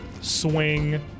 swing